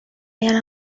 yari